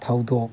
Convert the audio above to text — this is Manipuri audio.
ꯊꯧꯗꯣꯛ